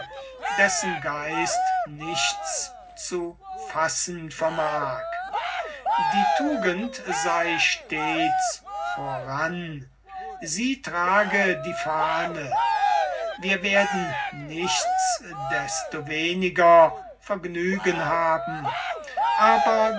dessen geist nichts zu fassen vermag die tugend sei voran sie trage die fahne wir werden nichts desto weniger vergnügen haben aber